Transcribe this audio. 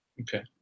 Okay